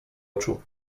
oczu